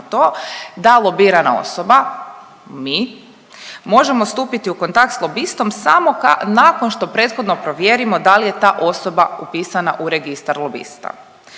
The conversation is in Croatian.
da lobirana osoba, mi, možemo stupiti u kontakt s lobistom samo nakon što prethodno provjerimo da li je ta osoba upisana u registar lobista.